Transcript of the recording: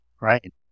Right